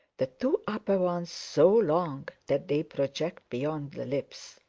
the two upper ones so long that they project beyond the lips.